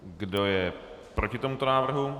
Kdo je proti tomuto návrhu?